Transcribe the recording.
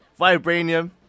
vibranium